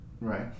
Right